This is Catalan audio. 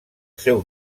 seu